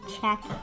check